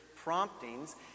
Promptings